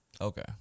okay